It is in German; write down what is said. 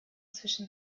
zwischen